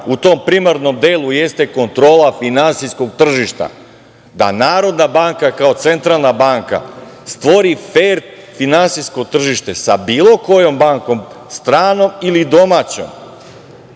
u tom primarnom delu jeste kontrola finansijskog tržišta, da Narodna banka kao centralna banka stvori fer finansijsko tržište sa bilo kojom bankom, stranom ili domaćom,